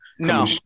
No